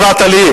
הפרעת לי,